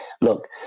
Look